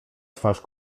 twarz